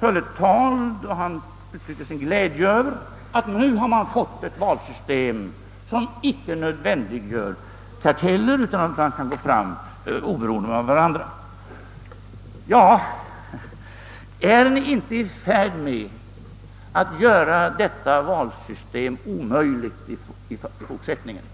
höll ett tal i vilket han uttryckte sin glädje över att man nu fått ett valsystem som inte nödvändiggjorde karteller utan att det är möjligt att gå fram oberoende av varandra. Är ni inte i färd med att göra detta valsystem omöjligt i fortsättningen?